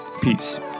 Peace